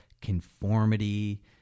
conformity